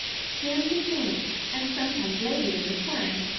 skim milk, and sometimes labour in the quern,